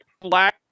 black